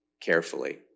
carefully